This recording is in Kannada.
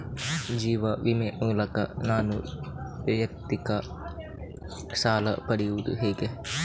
ಜೀವ ವಿಮೆ ಮೂಲಕ ನಾನು ವೈಯಕ್ತಿಕ ಸಾಲ ಪಡೆಯುದು ಹೇಗೆ?